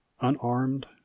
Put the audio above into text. unarmed